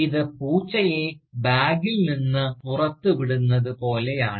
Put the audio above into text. ഇത് പൂച്ചയെ ബാഗിൽ നിന്ന് പുറത്തുവിടുന്നത് പോലെയാണ്